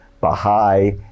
Baha'i